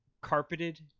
Carpeted